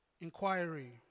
inquiry